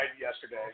yesterday